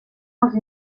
els